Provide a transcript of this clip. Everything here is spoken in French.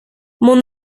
mon